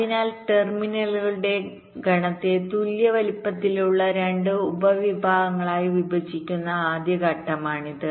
അതിനാൽ ടെർമിനലുകളുടെ ഗണത്തെ തുല്യ വലിപ്പത്തിലുള്ള 2 ഉപവിഭാഗങ്ങളായി വിഭജിക്കുന്ന ആദ്യ ഘട്ടമാണിത്